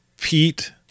pete